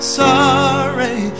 sorry